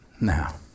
Now